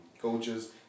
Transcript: coaches